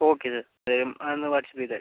okay ഇത് ഇത്രയും അതൊന്ന് വാട്ട്സ്ആപ്പ് ചെയ്താമതി